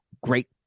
great